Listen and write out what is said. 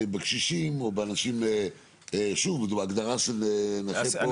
זה בקשישים או באנשים, שוב, בהגדרה של נכה.